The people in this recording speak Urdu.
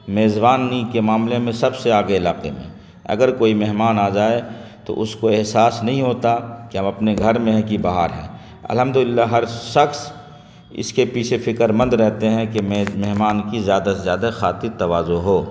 میزبانی کے معاملے میں سب سے آگے علاقے میں اگر کوئی مہمان آ جائے تو اس کو احساس نہیں ہوتا کہ ہم اپنے گھر میں ہیں کہ باہر ہیں الحمد للہ ہر شخص اس کے پیچھے فکرمند رہتے ہیں کہ مہمان کی زیادہ سے زیادہ خاطر تواضع ہو